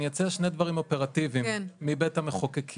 אני אציע שני דברים אופרטיביים מבית המחוקקים.